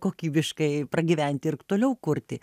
kokybiškai pragyventi ir toliau kurti